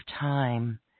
time